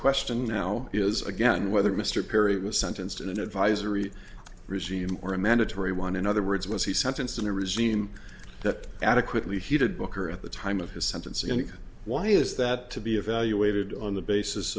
question now is again whether mr perry was sentenced in an advisory regime or a mandatory one in other words was he sentenced in a regime that adequately heated booker at the time of his sentence and why is that to be evaluated on the basis